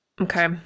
Okay